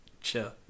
Chill